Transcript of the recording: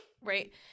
right